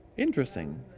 interesting.